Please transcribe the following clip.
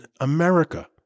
America